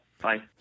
bye